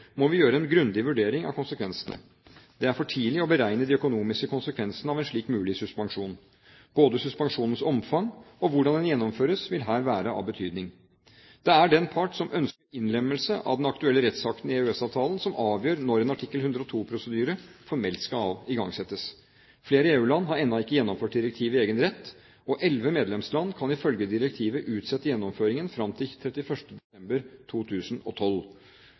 må vi gjøre en grundig vurdering av konsekvensene. Det er for tidlig å beregne de økonomiske konsekvensene av en slik mulig suspensjon. Både suspensjonens omfang og hvordan den gjennomføres, vil her være av betydning. Det er den part som ønsker innlemmelse av den aktuelle rettsakten i EØS-avtalen, som avgjør når en artikkel 102-prosedyre formelt skal igangsettes. Flere EU-land har ennå ikke gjennomført direktivet i egen rett, og elleve medlemsland kan ifølge direktivet utsette gjennomføringen fram til 31. desember 2012.